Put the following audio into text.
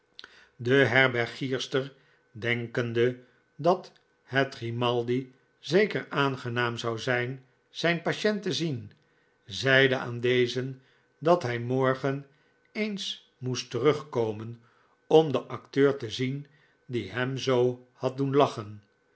de herbergierster denkende dat het grrimaldi zeker aangenaam zou zijn zijn patient te zien zeide aan dezen dat hij morgen eens moest terugkomen om den acteur te zien die hem zoo had doen lachen